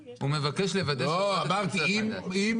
אמרתי, אם